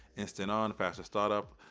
instant-on, faster startup,